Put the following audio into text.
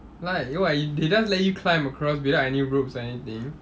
like what they just let you climb across without any ropes or anything